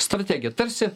strategija tarsi